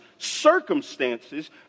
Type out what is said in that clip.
circumstances